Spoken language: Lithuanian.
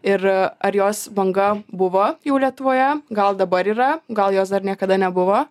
ir ar jos banga buvo jau lietuvoje gal dabar yra gal jos dar niekada nebuvo